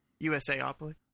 USAOPOLY